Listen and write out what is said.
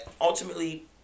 ultimately